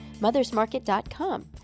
mothersmarket.com